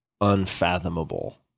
unfathomable